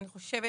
אני חושבת